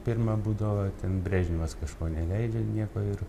pirma būdavo itin brežnevas kažko neleidžia nieko ir